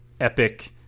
epic